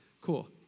Cool